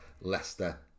Leicester